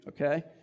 okay